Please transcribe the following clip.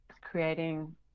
creating